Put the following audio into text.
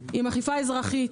חוק עם אכיפה אזרחית.